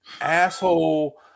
asshole